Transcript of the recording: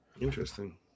Interesting